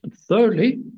Thirdly